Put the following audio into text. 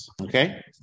Okay